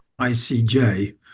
icj